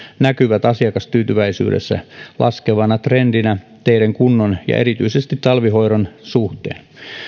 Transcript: näkyvät asiakastyytyväisyydessä laskevana trendinä teiden kunnon ja erityisesti talvihoidon suhteen